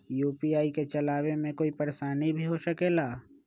UPI के चलावे मे कोई परेशानी भी हो सकेला?